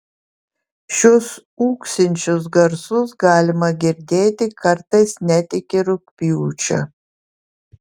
šiuos ūksinčius garsus galima girdėti kartais net iki rugpjūčio